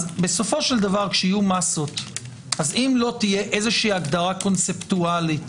כשיהיו מסות אם לא תהיה הגדרה קונספטואלית